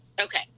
Okay